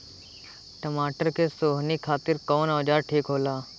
टमाटर के सोहनी खातिर कौन औजार ठीक होला?